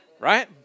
right